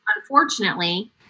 unfortunately